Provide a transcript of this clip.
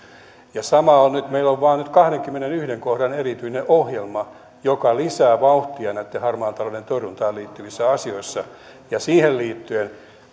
ja sama on nyt meillä vain on nyt kahdennenkymmenennenensimmäisen kohdan erityinen ohjelma joka lisää vauhtia harmaan talouden torjuntaan liittyvissä asioissa siihen liittyen